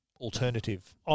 alternative